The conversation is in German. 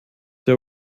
der